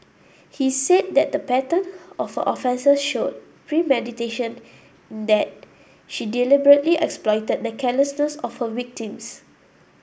he said that the pattern of her offences showed premeditation in that she deliberately exploited the carelessness of her victims